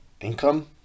income